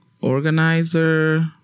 organizer